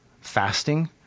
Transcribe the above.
fasting